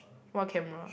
what camera